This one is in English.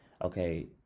okay